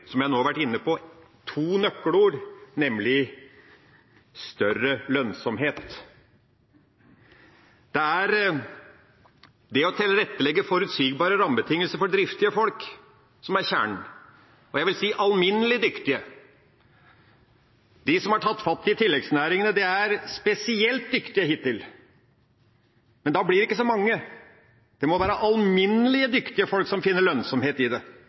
som jeg nå har vært inne på, to nøkkelord, nemlig større lønnsomhet. Å tilrettelegge forutsigbare rammebetingelser for driftige folk er kjernen, og jeg vil si for alminnelig dyktige folk. De som har tatt fatt i tilleggsnæringene, er spesielt dyktige. Da blir det ikke så mange. Det må være alminnelig dyktige folk som finner lønnsomhet i det.